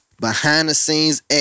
behind-the-scenes